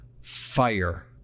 fire